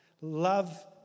Love